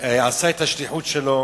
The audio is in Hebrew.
עשה את השליחות שלו